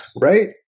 right